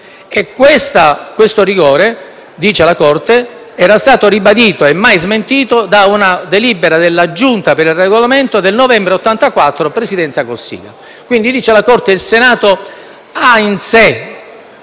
Questo rigore - dice la Corte - era stato ribadito e mai smentito da una delibera della Giunta per il Regolamento del novembre 1984 (Presidenza Cossiga). Per la Corte, quindi, il Senato ha in sé